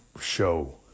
show